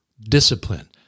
discipline